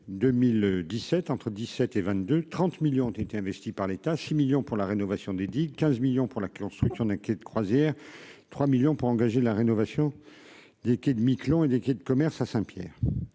2017 entre 17 et 22 30 millions ont été investis par l'État 6 millions pour la rénovation des digues 15 millions pour la construction d'de croisière 3 millions pour engager la rénovation des Kids Miquelon et des kits de commerce à Saint-Pierre